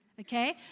Okay